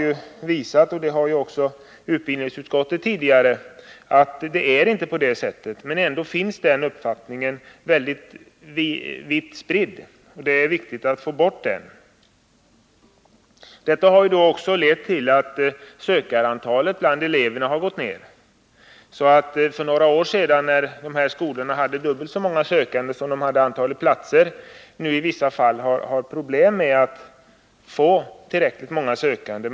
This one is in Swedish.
Statsrådet Mogård har ju liksom utbildningsutskottet tidigare visat att det inte ligger till på det sättet. Men ändå är den uppfattningen vitt spridd. Därför är det viktigt att få bort den. På grund av att den här uppfattningen spritts har antalet sökande gått ned. De skolor som för några år sedan hade dubbelt så många sökande som antalet platser som stod till förfogande har nu i vissa fall problem med att få tillräckligt många sökande.